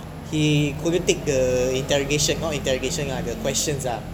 he couldn't take the delegation or interrogation other questions ah